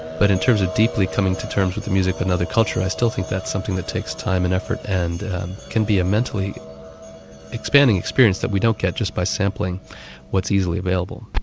but in terms of deeply coming to terms with the music of another culture i still think that's something that takes time and effort, and can be a mentally expanding experience that we don't get just by sampling what's easily available.